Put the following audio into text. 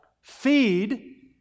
Feed